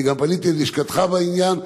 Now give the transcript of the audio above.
אני גם פניתי ללשכתך בעניין,